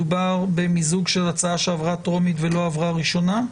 שמדובר במיזוג של הצעה שעברה טרומית ולא עברה ראשונה?